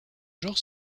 genre